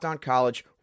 college